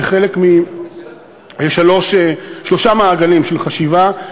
כחלק משלושה מעגלים של חשיבה,